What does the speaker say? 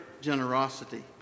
generosity